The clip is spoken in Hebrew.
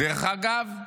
דרך אגב,